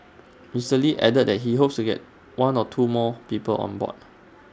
Mister lee added that he hopes to get one or two more people on board